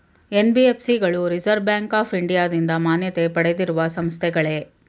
NBFC ಗಳು reserve bank of ಇಂಡಿಯಾದಿಂದ ಮಾನ್ಯತೆ ಪಡೆದಿರುವ ಸಂಸ್ಥೆಗಳೇ?